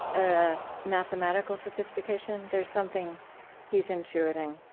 ah mathematical sophistication? there's something he's intuiting,